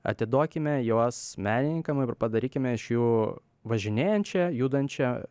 atiduokime juos menininkam ir padarykime iš jų važinėjančią judančią